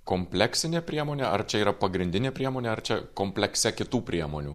kompleksinė priemonė ar čia yra pagrindinė priemonė ar čia komplekse kitų priemonių